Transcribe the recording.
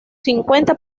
cincuenta